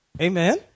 Amen